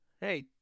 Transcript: Hey